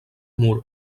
mur